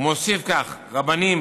הוא מוסיף כך: רבנים,